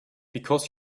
because